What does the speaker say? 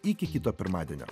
iki kito pirmadienio